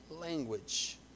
language